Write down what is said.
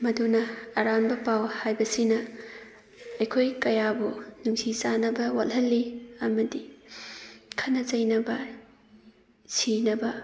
ꯃꯗꯨꯅ ꯑꯔꯥꯟꯕ ꯄꯥꯎ ꯍꯥꯏꯕꯁꯤꯅ ꯑꯩꯈꯣꯏ ꯀꯌꯥꯕꯨ ꯅꯨꯡꯁꯤ ꯆꯥꯅꯕ ꯋꯥꯠꯍꯜꯂꯤ ꯑꯃꯗꯤ ꯈꯅ ꯆꯩꯅꯕ ꯁꯤꯅꯕ